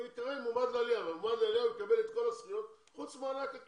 הוא ייקרא מועמד לעלייה וכמועמד לעלייה